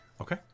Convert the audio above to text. Okay